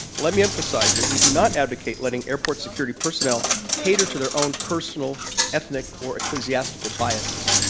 let me emphasize that we do not advocate letting airport security personnel cater to their own personal ethnic or ecclesiastical biases.